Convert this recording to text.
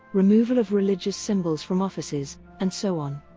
removal of religious symbols from offices, and so on.